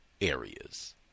areas